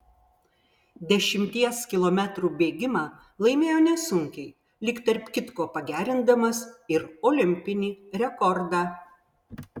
dešimties kilometrų bėgimą laimėjo nesunkiai lyg tarp kitko pagerindamas ir olimpinį rekordą